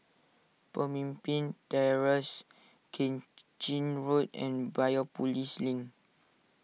Pemimpin Terrace Keng Chin Road and Biopolis Link